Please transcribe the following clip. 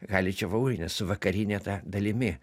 galičio volyne su vakarinė ta dalimi